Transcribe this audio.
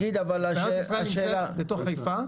מספנות ישראל נמצאת בתוך חיפה.